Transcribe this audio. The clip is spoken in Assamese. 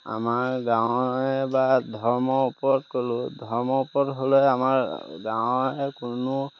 আমাৰ গাঁৱে বা ধৰ্মৰ ওপৰত ক'লোঁ ধৰ্মৰ ওপৰত হ'লে আমাৰ গাঁৱে কোনো